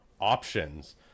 options